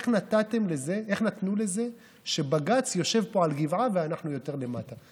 איך נתנו לזה שבג"ץ יושב פה על גבעה ואנחנו יותר למטה?